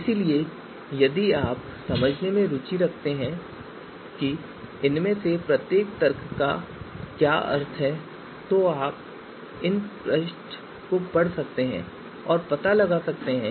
इसलिए यदि आप यह समझने में रुचि रखते हैं कि इनमें से प्रत्येक तर्क का क्या अर्थ है तो आप इस पृष्ठ को पढ़ सकते हैं और पता लगा सकते हैं